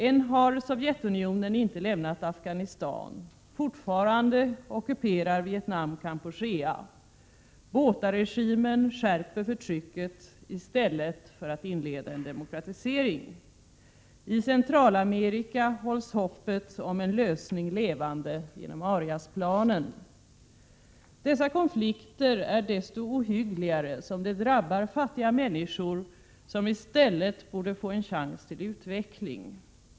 Än har Sovjetunionen inte lämnat Afghanistan, fortfarande ockuperar Vietnam Kampuchea, Botharegimen skärper förtrycket i stället för att inleda en demokratisering. I Centralamerika hålls hoppet om en lösning levande genom Ariasplanen. Dessa konflikter är så mycket ohyggligare som de drabbar fattiga människor, som i stället borde få en chans till utveckling.